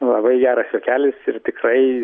labai geras juokelis ir tikrai